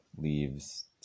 Leaves